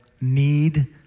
need